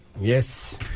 Yes